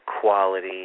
quality